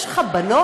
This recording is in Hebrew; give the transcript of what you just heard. יש לך בנות?